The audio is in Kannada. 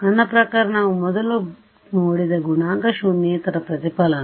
ನನ್ನ ಪ್ರಕಾರ ನಾವು ಮೊದಲು ನೋಡಿದ ಗುಣಾಂಕ ಶೂನ್ಯೇತರ ಪ್ರತಿಫಲನ